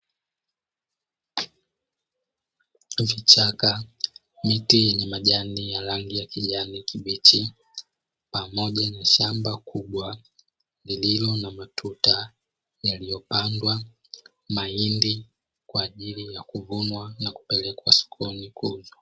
Vichaka miti yenye majani ya rangi ya kijani kibichi pamoja na shamba kubwa lililo na matuta yaliyopandwa mahindi, kwa ajili ya kuvunwa na kupelekwa sokoni kuuzwa.